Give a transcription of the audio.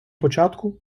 початку